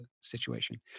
situation